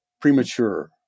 premature